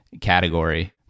category